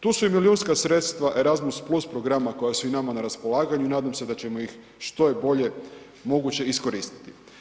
Tu su i milijunska sredstva Erasmus plus programa koja su i nama na raspolaganju i nada se da ćemo ih što je bolje moguće iskoristiti.